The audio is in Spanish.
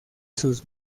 sus